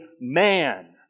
man